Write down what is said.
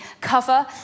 cover